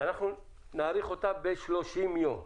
נאריך ב-30 ימים,